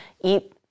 eat